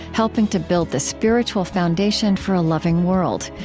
helping to build the spiritual foundation for a loving world.